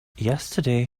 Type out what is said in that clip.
yesterday